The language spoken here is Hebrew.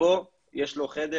פה יש לו חדר,